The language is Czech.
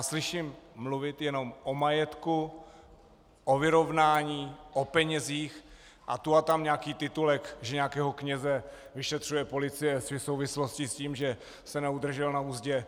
Slyším mluvit jenom o majetku, o vyrovnání, o penězích a tu a tam nějaký titulek, že nějakého kněze vyšetřuje policie v souvislosti s tím, že se neudržel na uzdě.